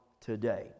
today